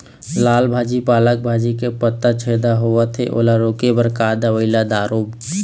लाल भाजी पालक भाजी के पत्ता छेदा होवथे ओला रोके बर का दवई ला दारोब?